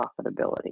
profitability